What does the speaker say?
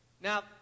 Now